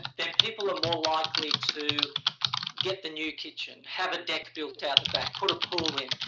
then people are more likely to get the new kitchen, have a deck built out the back, put a pool in.